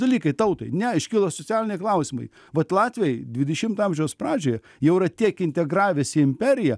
dalykai tautai ne iškilo socialiniai klausimai vat latviai dvidešimto amžiaus pradžioje jau yra tiek integravęsi į imperiją